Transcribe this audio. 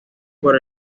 por